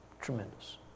Tremendous